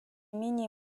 менее